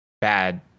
bad